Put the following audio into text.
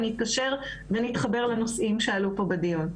ונתקשר ונתחבר לנושאים שעלו פה בדיון.